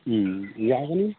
ꯎꯝ ꯌꯥꯒꯅꯤ